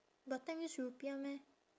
batam use rupiah meh